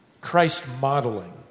Christ-modeling